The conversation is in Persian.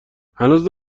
هنوز